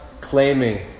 claiming